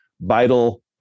vital